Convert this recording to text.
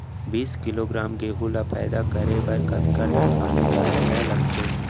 बीस किलोग्राम गेहूँ ल पैदा करे बर कतका टन पानी डाले ल लगथे?